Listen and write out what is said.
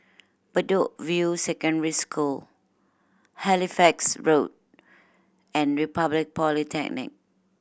Bedok View Secondary School Halifax Road and Republic Polytechnic